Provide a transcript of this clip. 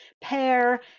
pair